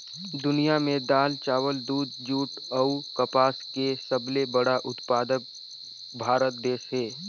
दुनिया में दाल, चावल, दूध, जूट अऊ कपास के सबले बड़ा उत्पादक भारत देश हे